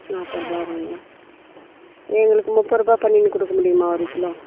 நாற்பது ரூவா வருங்களா எங்களுக்கு முப்பது ரூவா பண்ணின்னு கொடுக்க முடியுமா ஒரு கிலோ